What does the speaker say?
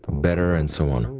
better and so on.